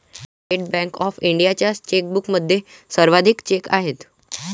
state bank of इंडियाच्या चेकबुकमध्ये सर्वाधिक चेक आहेत